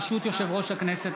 ברשות יושב-ראש הכנסת,